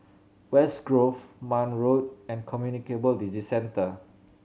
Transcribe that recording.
West Grove Marne Road and Communicable Disease Centre